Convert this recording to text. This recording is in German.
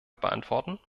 beantworten